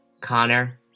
Connor